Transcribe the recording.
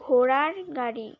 ঘোড়ার গাড়ি